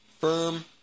firm